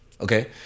okay